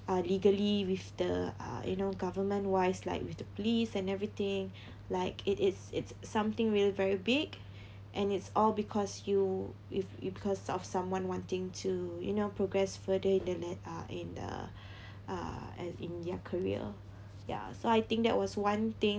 uh legally with the uh you know government wise like with the police and everything like it is it's something really very big and it's all because you you you because of someone wanting to you know progress further in the net uh in uh uh and in their career ya so I think that was one thing